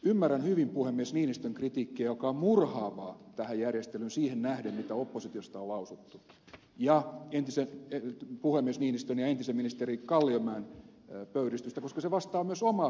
ymmärrän hyvin puhemies niinistön kritiikkiä joka on tätä järjestelyä kohtaan murhaavaa siihen nähden mitä oppositiosta on lausuttu ja puhemies niinistön ja entisen ministeri kalliomäen pöyristystä koska se vastaa myös omaa kokemustani